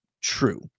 true